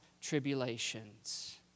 tribulations